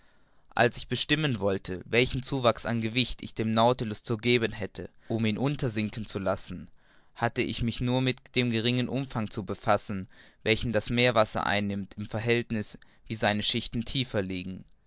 als ich bestimmen wollte welchen zuwachs an gewicht ich dem nautilus zu geben hätte um ihn untersinken zu lassen hatte ich mich nur mit dem geringern umfang zu befassen welchen das meerwasser einnimmt im verhältniß wie seine schichten tiefer